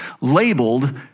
labeled